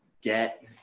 get